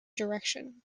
direction